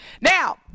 now